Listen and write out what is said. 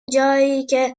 جاییکه